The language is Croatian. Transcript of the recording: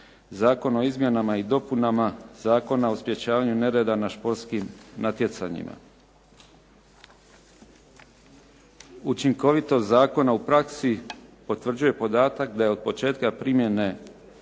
Zakon o izmjenama i dopunama Zakona o sprečavanju nereda na športskim natjecanjima. Učinkovitost zakona u praksi potvrđuje podatak da je od početka primjene